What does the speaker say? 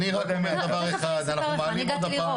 אני יודע דבר אחד אנחנו מעלים עוד הפעם